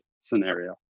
scenario